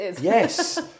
Yes